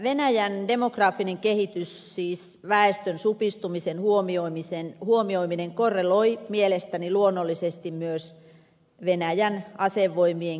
venäjän demografinen kehitys siis väestön supistumisen huomioiminen korreloi mielestäni luonnollisesti myös venäjän asevoimien kehittämiseen